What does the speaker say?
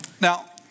Now